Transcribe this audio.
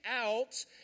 out